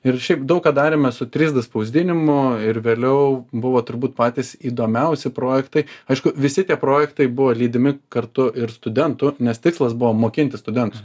ir šiaip daug ką darėme su trys d spausdinimu ir vėliau buvo turbūt patys įdomiausi projektai aišku visi tie projektai buvo lydimi kartu ir studentų nes tikslas buvo mokinti studentus